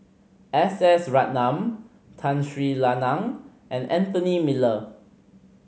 S S Ratnam Tun Sri Lanang and Anthony Miller